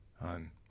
on